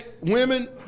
women